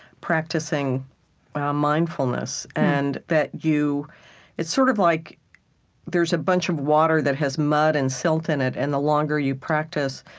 practicing mindfulness and that it's sort of like there's a bunch of water that has mud and silt in it, and the longer you practice,